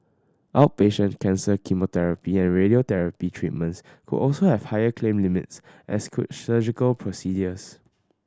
outpatient cancer chemotherapy and radiotherapy treatments could also have higher claim limits as could surgical procedures